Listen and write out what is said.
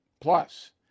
Plus